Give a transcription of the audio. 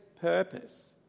purpose